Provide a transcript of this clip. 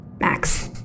Max